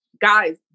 guys